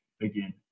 again